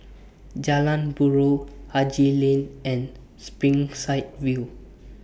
Jalan Buroh Haji Lane and Springside View